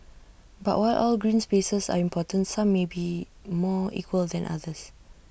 but while all green spaces are important some may be more equal than others